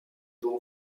bon